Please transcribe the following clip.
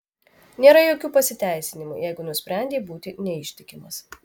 nėra jokių pasiteisinimų jeigu nusprendei būti neištikimas